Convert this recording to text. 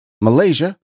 Malaysia